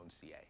CA